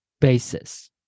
basis